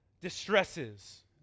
distresses